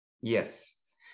yes